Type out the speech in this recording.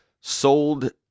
sold